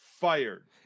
fired